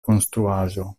konstruaĵo